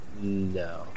No